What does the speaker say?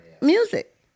music